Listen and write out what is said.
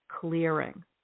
clearing